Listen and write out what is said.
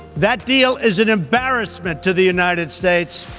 that deal is an embarrassment to the united states.